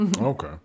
Okay